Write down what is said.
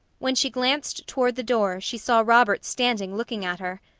when she glanced toward the door, she saw robert standing looking at her.